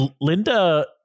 Linda